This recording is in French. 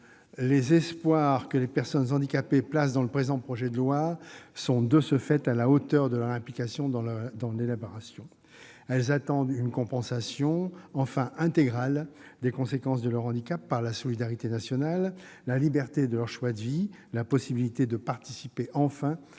Les espoirs que les personnes handicapées placent dans le présent projet de loi sont de ce fait à la hauteur de leur implication dans son élaboration. Elles attendent une compensation enfin intégrale des conséquences de leur handicap par la solidarité nationale, la liberté de leur choix de vie, la possibilité de participer enfin